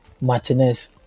Martinez